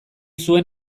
zuen